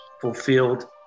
fulfilled